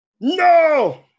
No